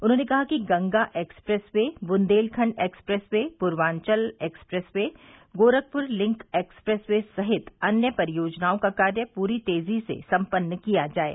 उन्होंने कहा कि Ganga expressway Bundelkhand expressway Purvanchal expressway Gorakhpur link expressway सहित अन्य परियोजनाओं का कार्य पूरी तेजी से सम्पन्न किया जाये